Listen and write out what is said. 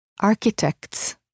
Architects